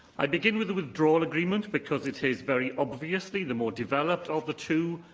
i begin with the withdrawal agreement, because it is very obviously the more developed of the two,